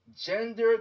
Gender